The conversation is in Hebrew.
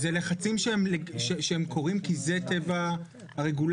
זה לחצים שהם קורים כי זה טבע הרגולציה.